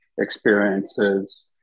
experiences